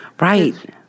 Right